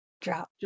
Drop